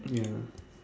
ya